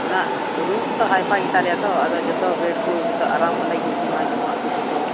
ᱚᱱᱟ ᱨᱩᱢ ᱠᱚᱛᱚ ᱦᱟᱭᱯᱷᱟᱭ ᱜᱮᱛᱟᱞᱮᱭᱟ ᱛᱚ ᱟᱫᱚ ᱡᱚᱛᱚ ᱵᱮᱹᱰ ᱠᱚ ᱟᱨᱟᱢ ᱚᱸᱰᱮ ᱜᱮ ᱤᱫᱤᱭᱟᱢᱟ ᱡᱚᱢᱟᱜ ᱠᱚ ᱡᱚᱛᱚ